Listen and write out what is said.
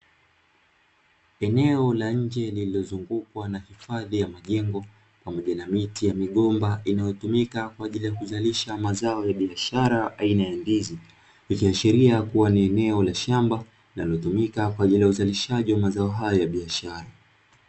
Eneo la nje lililozungukwa na hifadhi ya majengo pamoja na miti ya migomba inayotumika kwa ajili ya kuzalisha mazao ya biashara aina ya ndizi ikiashiria kuwa ni eneo la shamba linalotumika kwa ajili ya uzalishaji wa mazao hayo ya biashara.